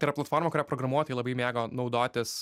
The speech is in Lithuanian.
tai yra platforma kuria programuotojai labai mėgo naudotis